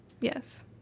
Yes